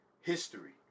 history